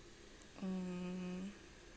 mm